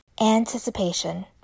Anticipation